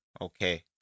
Okay